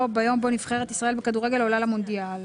"ביום בו נבחרת ישראל בכדורגל עולה למונדיאל".